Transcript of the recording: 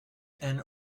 and